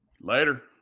Later